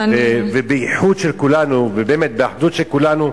באיחוד של כולנו ובאחדות של כולנו,